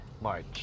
march